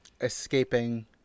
escaping